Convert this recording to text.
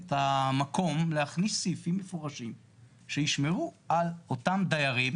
את המקום להכניס סעיפים מפורשים שישמרו על אותם דיירים.